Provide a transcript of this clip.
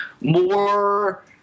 more